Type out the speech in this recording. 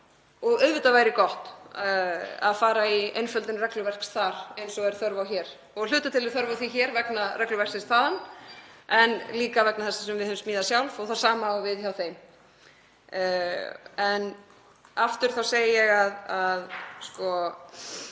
Auðvitað væri gott að fara í einföldun regluverks þar eins og er þörf á hér. Að hluta til er þörf á því hér vegna regluverksins þaðan, en líka vegna þess sem við höfum smíðað sjálf og það sama á við hjá þeim. En aftur segi ég að